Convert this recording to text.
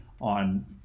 on